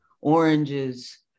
oranges